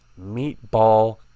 Meatball